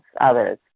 others